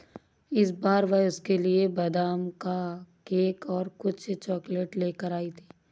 इस बार वह उसके लिए बादाम का केक और कुछ चॉकलेट लेकर आई थी